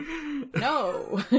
No